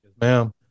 Ma'am